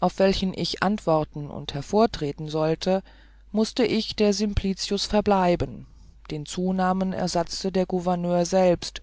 auf welchen ich antworten und hervortretten sollte mußte ich der simplicius verbleiben den zunamen ersatzte der gouverneur selbsten